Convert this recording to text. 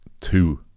Two